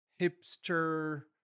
hipster